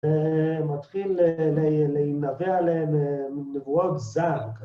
ומתחיל להינבא עליהם נבואות זעם